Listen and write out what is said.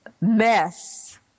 mess